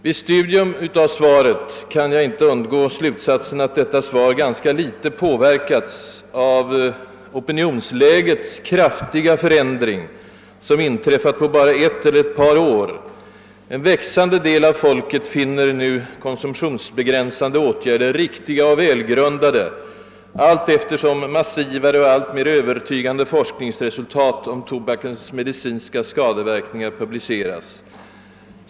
Vid studium av svaret kan jag inte undgå att dra slutsatsen att detta svar dock ganska litet påverkats av den kraftiga förändring av opinionsläget, som inträffat på bara ett eller ett par år. En växande del av folket finner nu konsumtionsbegränsande åtgärder riktiga och välgrundade allteftersom massivare och alltmer övertygande forskningsresultat om tobakens medicinska skadeverkningar publiceras.